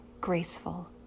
graceful